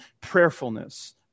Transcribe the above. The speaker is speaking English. prayerfulness